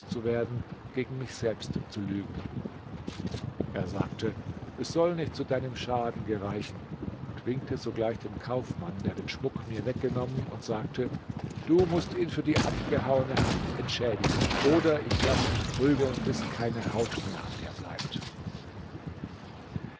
zu werden gegen mich selbst zu lügen er sagte es soll nicht zu deinem schaden gereichen und winkte sogleich dem kaufmann der den schmuck mir weggenommen und sagte du mußt ihn für die abgehauene hand entschädigen ober ich lasse dich prügeln bis keine haut mehr an dir bleibt